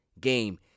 game